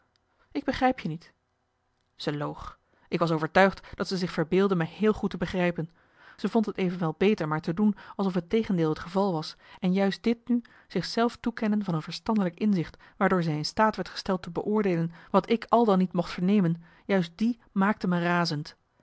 ik begrijp je niet ze loog ik was overtuigd dat ze zich verbeeldde me heel goed te begrijpen ze vond t evenwel beter maar te doen alsof het tegendeel het geval was en juist dit nu zich zelf toekennen van een verstandelijk inzicht waardoor zij in staat werd gesteld te beoordeelen wat ik al dan niet mocht vernemen juist die maakte me razend